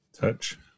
Touch